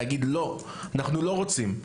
להגיד לא, אנחנו לא רוצים?